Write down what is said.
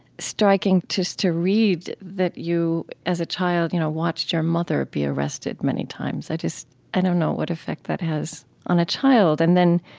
striking just to read that you, as a child, you know, watched your mother be arrested many times. i just i don't know what effect that has on a child, and then